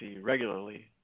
regularly